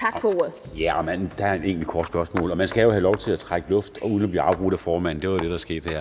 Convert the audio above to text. Dam Kristensen): Der er en enkelt kort bemærkning. Man skal jo have lov til at trække luft uden at blive afbrudt af formanden – det var det, der skete her.